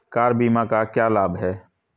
Car बीमा का क्या लाभ है?